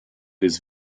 his